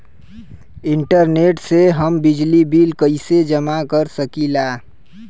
Internet से हम बिजली बिल कइसे जमा कर सकी ला?